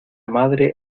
madre